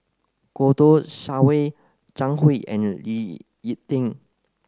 Kouo Shang Wei Zhang Hui and Lee Ek Tieng